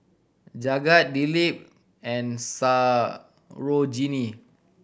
Jagat Dilip and Sarojini